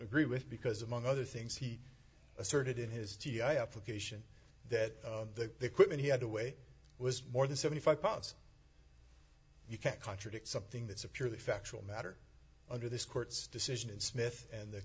agree with because among other things he asserted in his t i a application that the equipment he had to weigh was more than seventy five pounds you can't contradict something that's a purely factual matter under this court's decision in smith and the